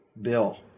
bill